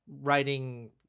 writing